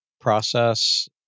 process